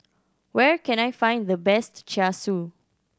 where can I find the best Char Siu